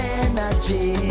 energy